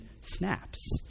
snaps